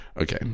Okay